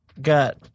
got